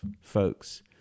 folks